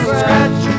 scratch